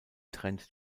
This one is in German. trennt